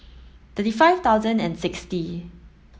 thirty five thousand and sixty